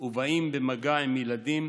ובאים במגע עם ילדים,